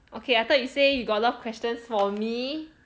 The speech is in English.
okay I thought you say you got a lot of questions for me